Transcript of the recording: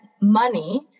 money